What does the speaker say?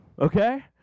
okay